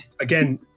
again